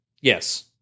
Yes